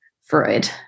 Freud